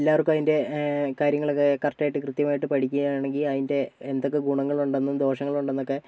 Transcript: എല്ലാവർക്കും അതിന്റെ കാര്യങ്ങളൊക്കെ കറക്റ്റായിട്ട് കൃത്യമായിട്ട് പഠിക്കുകയാണെങ്കിൽ അതിന്റെ എന്തൊക്കെ ഗുണങ്ങൾ ഉണ്ടെന്നും ദോഷങ്ങൾ ഉണ്ടെന്നൊക്കെ